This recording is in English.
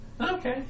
Okay